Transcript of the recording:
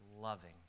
loving